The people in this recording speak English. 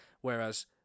whereas